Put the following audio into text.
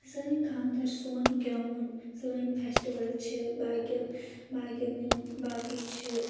سٲنۍ خاندَر سون گوٚوُن سٲنۍ فیسٹِول چھِ باقین باقؠن یِم باقٕے چھِ